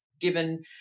given